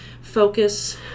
focus